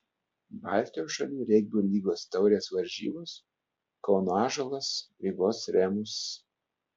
baltijos šalių regbio lygos taurės varžybos kauno ąžuolas rygos remus